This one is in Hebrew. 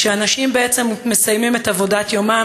כשאנשים בעצם מסיימים את עבודת יומם